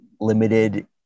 limited